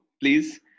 please